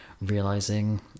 realizing